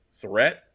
threat